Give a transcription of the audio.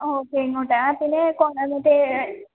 okay ഇങ്ങോട്ട് പിന്നെ മറ്റേ